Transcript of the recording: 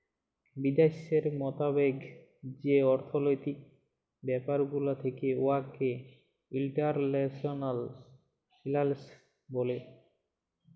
বিদ্যাশের মতাবেক যে অথ্থলৈতিক ব্যাপার গুলা থ্যাকে উয়াকে ইল্টারল্যাশলাল ফিল্যাল্স ব্যলে